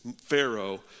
Pharaoh